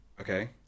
okay